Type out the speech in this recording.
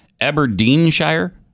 Aberdeenshire